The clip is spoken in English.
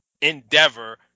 endeavor